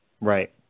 Right